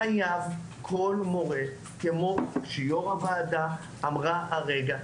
חייב כל מורה כמו שיו"ר הוועדה אמרה הרגע,